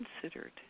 considered